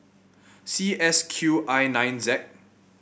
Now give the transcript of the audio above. C S Q I nine Z